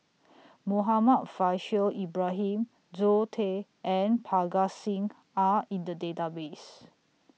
Muhammad Faishal Ibrahim Zoe Tay and Parga Singh Are in The Database